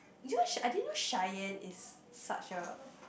you know Che~ I didn't know Cheyanne is such a